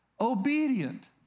obedient